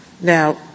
Now